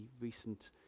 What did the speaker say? recent